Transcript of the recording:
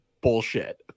bullshit